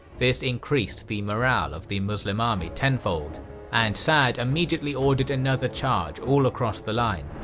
this increased the morale of the muslim army tenfold and sa'd immediately ordered another charge all across the line.